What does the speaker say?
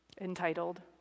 entitled